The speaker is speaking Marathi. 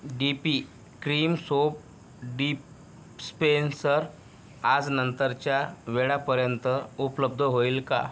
D P cream soap dispenser आज नंतरच्या वेळापर्यंत उपलब्ध होईल का